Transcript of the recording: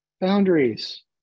boundaries